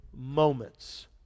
moments